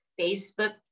Facebook